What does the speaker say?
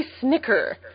snicker